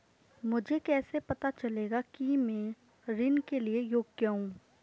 मुझे कैसे पता चलेगा कि मैं ऋण के लिए योग्य हूँ?